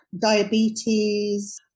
diabetes